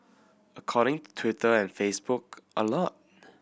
according to Twitter and Facebook a lot